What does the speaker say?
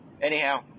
Anyhow